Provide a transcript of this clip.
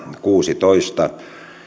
kuusitoista